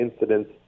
incidents